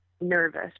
nervous